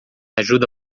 ajuda